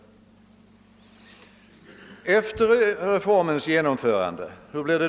Hur blir det efter reformens genomförande?